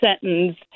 sentence